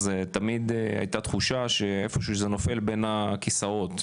אז תמיד הייתה תחושה שאיפשהו זה נופל בין הכיסאות,